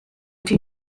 two